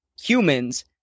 humans